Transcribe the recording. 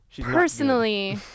personally